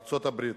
ארצות-הברית.